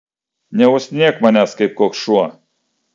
neuostinėk manęs kaip koks šuo